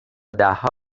دهها